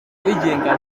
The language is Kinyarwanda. abigenga